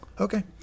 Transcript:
okay